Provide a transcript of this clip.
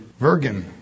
vergen